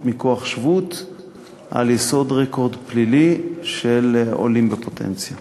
מכוח שבות על יסוד רקורד פלילי של עולים בפוטנציה.